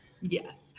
Yes